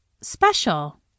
special